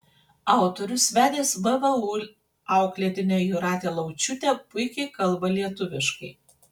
autorius vedęs vvu auklėtinę jūratę laučiūtę puikiai kalba lietuviškai